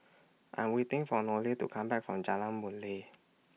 I Am waiting For Nohely to Come Back from Jalan Boon Lay